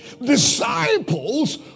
disciples